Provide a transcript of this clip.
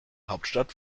hauptstadt